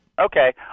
Okay